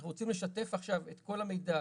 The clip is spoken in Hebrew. אנחנו רוצים לשתף עכשיו את כל המידע.